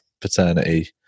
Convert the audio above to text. paternity